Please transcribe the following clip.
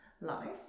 life